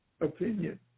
opinion